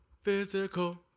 Physical